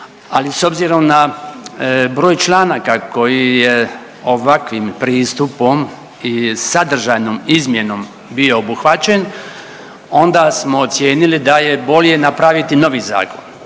ali s obzirom na broj članaka koji je ovakvim pristupom i sadržajnom izmjenom bio obuhvaćen onda smo ocijenili da je bolje napraviti novi zakon